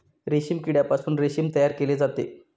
रेशीम किड्यापासून रेशीम तयार केले जाते